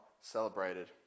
celebrated